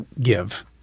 give